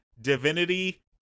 Divinity